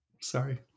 Sorry